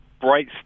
bright